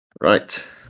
Right